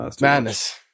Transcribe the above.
madness